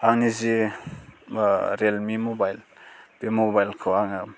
आंनि जि Realme mobile बे मबाइलखौ आङो